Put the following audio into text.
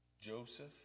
Joseph